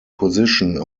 position